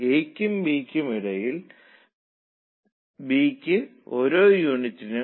875 കവിയാൻ നമ്മൾ ആഗ്രഹിക്കുന്നില്ല